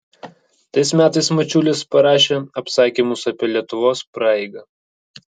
tais metais mačiulis parašė apsakymus apie lietuvos praeigą